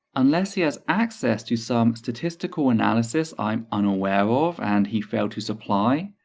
unless he has access to some statistical analysis i'm unaware of and he failed to supply,